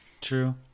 true